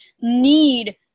need